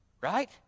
right